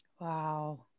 Wow